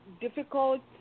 difficult